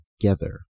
together